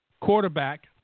quarterback